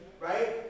Right